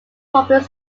public